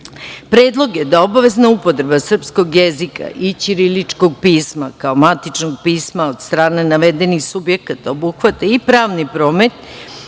zakonom. Predloge da obavezna upotreba srpskog jezika i ćiriličkog pisma, kao matičnog pisma od strane navedenih subjekata, obuhvata i pravni promet